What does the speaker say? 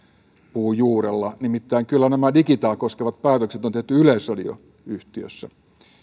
puun juurella nimittäin kyllä nämä digitaa koskevat päätökset on tehty yleisradio yhtiössä